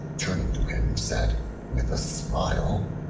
turning to him, said with a smile,